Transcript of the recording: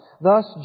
Thus